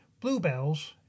bluebells